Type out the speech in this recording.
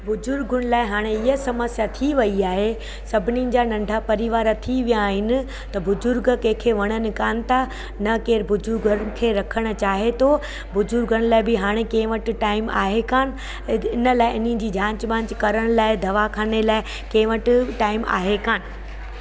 बुज़ुर्गनि लाइ हाणे ईअं समस्या थी वई आहे सभिनीनि जा नंढा परिवार थी विया आहिनि त बुज़ुर्ग कंहिंखे वणनि कान था न केरु बुजुर्ग खे रखणु चाहे थो बुज़ुर्गनि लाइ बि हाणे कंहिं वटि टाइम आहे कान इन लाइ इन जी जाच वाच करण लाइ दवाख़ाने लाइ कंहिं वटि बि टाइम आहे कान